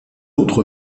autre